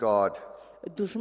God